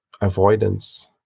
avoidance